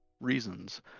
reasons